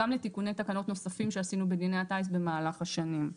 גם לתיקוני תקנות נוספים שעשינו בדיני הטיס במהלך השנים.